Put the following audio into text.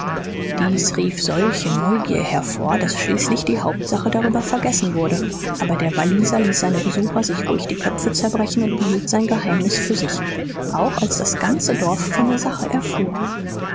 dies rief solche neugier hervor daß schließlich die hauptsache darüber vergessen wurde aber der walliser ließ seine besucher sich ruhig die köpfe zerbrechen und behielt sein geheimnis für sich auch als das ganze dorf von der sache erfuhr